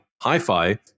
hi-fi